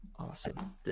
Awesome